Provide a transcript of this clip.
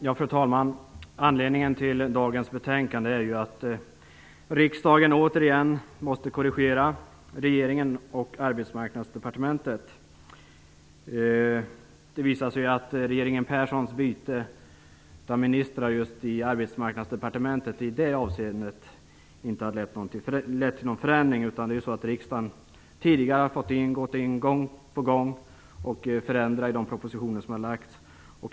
Fru talman! Anledningen till dagens betänkande är att riksdagen återigen måste korrigera regeringen och Arbetsmarknadsdepartementet. Det visar sig ju att regeringen Perssons byte av ministrar i Arbetsmarknadsdepartementet i det avseendet inte har lett till någon förändring. Riksdagen har tidigare gång på gång gjort förändringar i de propositioner som har lagts fram.